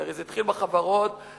כי הרי זה התחיל בחברות ובבנקים,